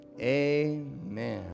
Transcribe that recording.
Amen